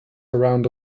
around